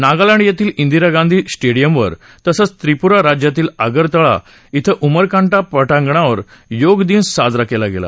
नागालैंड येथील इंदिरा गांधी स्टेडीअमवर तसंच त्रिपूरा राज्यातील आगरतळा इथं उमाकांटा पटांगणावर योगदिन साजरा केला गेला